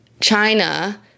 China